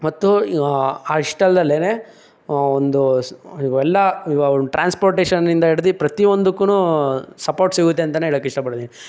ಮತ್ತು ಅಷ್ಟಲ್ದಲ್ಲೇನೇ ಒಂದು ಇವೆಲ್ಲ ಈವಾಗೊಂದು ಟ್ರಾನ್ಸ್ಪೊರ್ಟೇಷನಿಂದ ಹಿಡಿದು ಪ್ರತಿಯೊಂದಕ್ಕೂ ಸಪೋರ್ಟ್ ಸಿಗುತ್ತೆ ಅಂತಲೇ ಹೇಳೋಕ್ಕೆ ಇಷ್ಟಪಡ್ತೀನಿ